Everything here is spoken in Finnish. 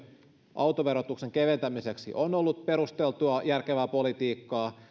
autoverotuksen keventämiseksi on ollut perusteltua järkevää politiikkaa